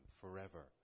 forever